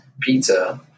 Pizza